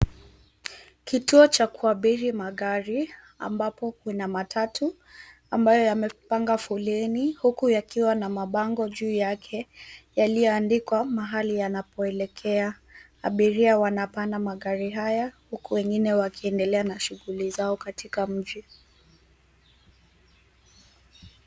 Kituo cha kuabiri magari ambapo kuna matatu ambayo yamepanga foleni huku yakiwa na mabango juu yake yaliyoandikwa mahali yanapoelekea. Abiria wanapanda magari haya huku wengine wakiendelea na shughuli zao katika mji.